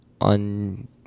on